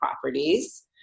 properties